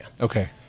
okay